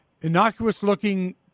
innocuous-looking